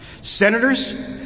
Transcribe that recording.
Senators